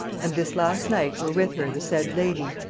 and this last night were with her the said lady,